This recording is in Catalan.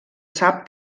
sap